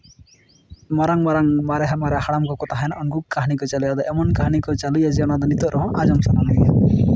ᱢᱟᱨᱟᱝ ᱢᱟᱨᱟᱝ ᱢᱟᱨᱮ ᱦᱟᱲᱟᱢ ᱠᱚ ᱠᱚ ᱛᱟᱦᱮᱱᱟ ᱩᱝᱠᱩ ᱠᱟᱹᱦᱱᱤ ᱠᱚ ᱪᱟᱹᱞᱩᱭᱟ ᱟᱫᱚ ᱮᱢᱚᱱ ᱠᱟᱹᱦᱱᱤ ᱠᱚ ᱪᱟᱹᱞᱩᱭᱟ ᱡᱮ ᱚᱱᱟ ᱫᱚ ᱱᱤᱛᱳᱜ ᱨᱮᱦᱚᱸ ᱟᱸᱡᱚᱢ ᱥᱟᱱᱟ ᱢᱮᱭᱟ